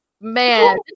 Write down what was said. man